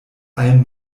allen